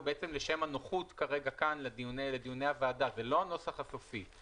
הוא בעצם לשם הנוחות כרגע כאן לדיוני הוועדה וזה לא הנוסח הסופי.